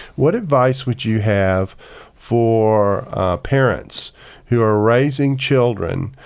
what advice would you have for parents who are raising children?